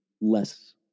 less